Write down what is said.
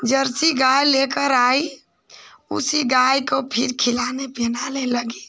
Jersey गाय लेकर आई उसी गाय को फिर खिलाने पिलाने लगी